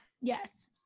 Yes